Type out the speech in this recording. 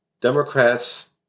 Democrats